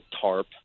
TARP